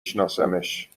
شناسمش